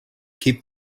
keep